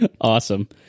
Awesome